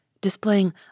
displaying